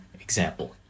example